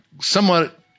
Somewhat